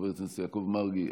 חבר הכנסת יעקב מרגי,